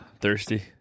Thirsty